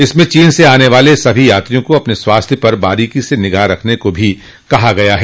इसमें चीन से आने वाले सभी यात्रियों को अपने स्वास्थ्य पर बारीकी से निगाह रखने को भी कहा गया है